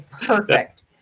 Perfect